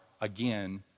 again